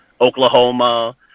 Oklahoma